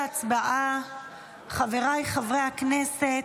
חבריי חברי הכנסת,